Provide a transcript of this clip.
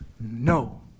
No